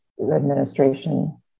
administration